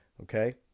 okay